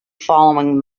following